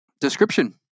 description